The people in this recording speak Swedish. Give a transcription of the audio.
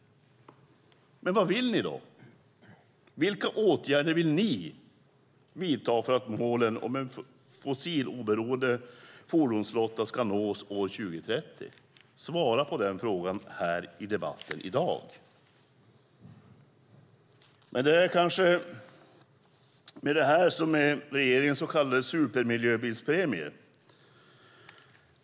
Men vad vill ni då? Vilka åtgärder vill ni vidta för att målet en fossiloberoende fordonsflotta ska nås år 2030? Svara på den frågan här i debatten i dag! Men det är kanske med det här som med regeringens så kallade supermiljöbilspremie.